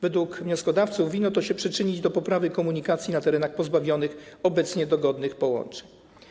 Według wnioskodawców winno się to przyczynić do poprawy komunikacji na terenach pozbawionych obecnie dogodnych połączeń.